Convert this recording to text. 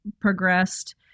progressed